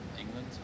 england